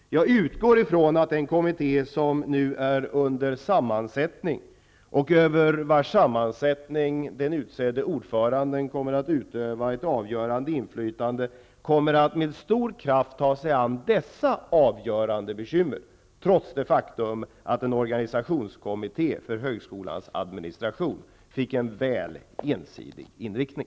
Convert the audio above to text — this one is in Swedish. Jag utgår från att den kommitté som nu håller på att sättas samman -- och över vars sammansättning den utsedde ordföranden kommer att utöva ett avgörande inflytande -- kommer att med stor kraft att ta sig an dessa avgörande bekymmer, trots det faktum att en organisationskommitté för högskolans administration fick en väl ensidig inriktning.